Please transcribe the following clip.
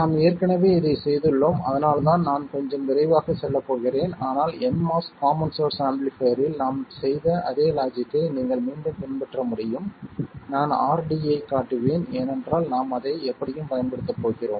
நாம் ஏற்கனவே இதைச் செய்துள்ளோம் அதனால்தான் நான் கொஞ்சம் விரைவாகச் செல்லப் போகிறேன் ஆனால் nMOS காமன் சோர்ஸ் ஆம்பிளிஃபைர்ரில் நாம் செய்த அதே லாஜிக்கை நீங்கள் மீண்டும் பின்பற்ற முடியும் நான் RD ஐக் காட்டுவேன் ஏனென்றால் நாம் அதை எப்படியும் பயன்படுத்தப் போகிறோம்